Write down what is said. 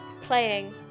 playing